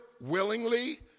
willingly